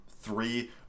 three